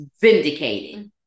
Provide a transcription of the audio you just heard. vindicated